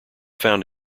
found